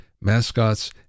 Mascots